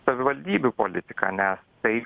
savivaldybių politika nes tai